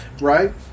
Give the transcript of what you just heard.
Right